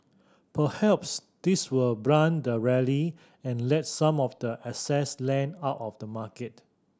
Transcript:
perhaps this will blunt the rally and let some of the excess length out of the market